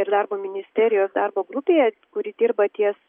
ir darbo ministerijos darbo grupėje kuri dirba ties